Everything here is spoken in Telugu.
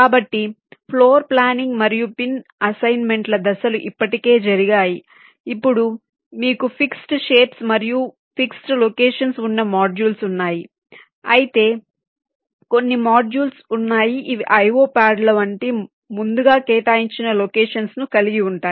కాబట్టి ఫ్లోర్ ప్లానింగ్ మరియు పిన్ అసైన్మెంట్ల దశలు ఇప్పటికే జరిగాయి ఇప్పుడు మీకు ఫిక్స్డ్ షేప్స్ మరియు ఫిక్స్డ్ లొకేషన్స్ ఉన్న మాడ్యూల్స్ ఉన్నాయి అయితే కొన్ని మాడ్యూల్స్ ఉన్నాయి ఇవి IO ప్యాడ్ల వంటి ముందుగా కేటాయించిన లొకేషన్స్ ను కలిగి ఉంటాయి